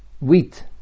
wheat